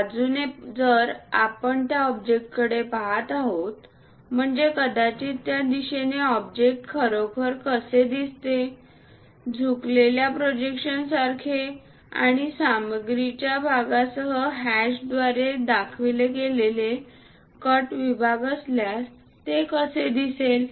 बाजूने जर आपण त्या ऑब्जेक्टकडे पहात आहोत म्हणजेच कदाचित या दिशेने ऑब्जेक्ट खरोखर कसे दिसते झुकलेल्या प्रोजेक्शन सारखे आणि जर सामग्रीच्या भागासह हॅश द्वारे दाखवले गेलेले कट विभाग असल्यास ते कसे दिसते